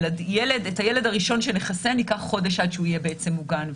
ייקח חודש מהרגע שנחסן את הילד הראשון ועד שהוא יהיה בעצם מוגן.